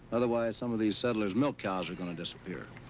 otherwise, some of these settler's milk cows are going to disappear.